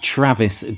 Travis